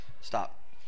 Stop